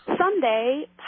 Sunday